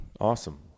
Awesome